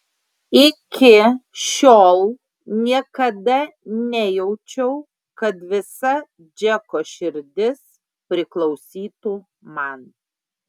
iki šiol niekada nejaučiau kad visa džeko širdis priklausytų man